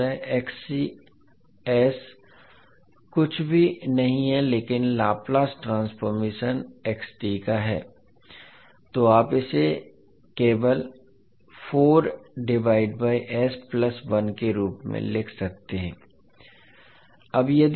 इसी तरह कुछ भी नहीं है लेकिन लाप्लास ट्रांसफॉर्मेशन है तो आप इसे केवल के रूप में लिख सकते हैं